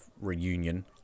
reunion